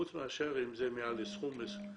חוץ מאשר אם זה מעל סכום מסוים.